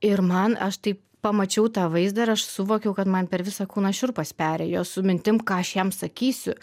ir man aš taip pamačiau tą vaizdą ir aš suvokiau kad man per visą kūną šiurpas perėjo su mintim ką aš jam sakysiu